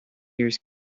years